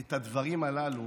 את הדברים הללו,